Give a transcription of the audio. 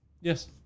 Yes